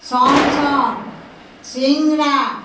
চমচম চিংৰা